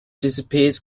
disappears